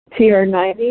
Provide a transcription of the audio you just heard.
TR90